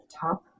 top